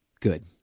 good